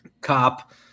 Cop